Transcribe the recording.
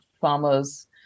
farmers